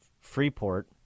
Freeport